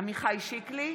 עמיחי שיקלי,